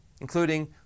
including